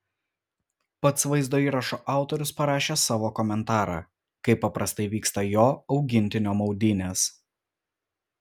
pats vaizdo įrašo autorius parašė savo komentarą kaip paprastai vyksta jo augintinio maudynės